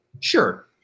Sure